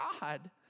God